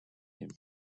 him